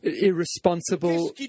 irresponsible